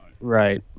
right